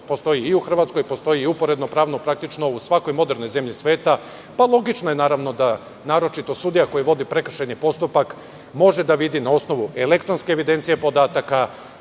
postoji i u Hrvatskoj, postoji uporedno, pravno, praktično u svakoj modernoj zemlji sveta, pa logično je naravno da naročito sudija koji vodi prekršajni postupak, može da vidi na osnovu elektronske evidencije podataka